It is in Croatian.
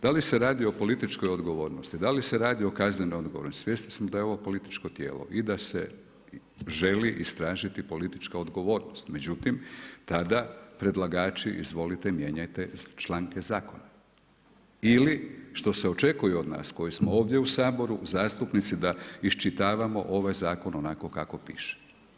Da li se radi o političkoj odgovornosti, da li se radi o kaznenoj odgovornosti, svjesni smo da je ovo političko tijelo i da se želi istražiti politička odgovornost međutim tada predlagači izvolite, mijenjajte članke zakona ili što se očekuje od nas koji smo ovdje u Saboru zastupnici da iščitavamo ovaj zakon onako kako piše.